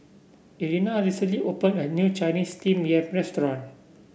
Irena recently opened a new Chinese Steamed Yam restaurant